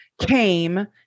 came